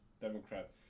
democrat